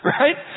right